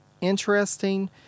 interesting